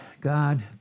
God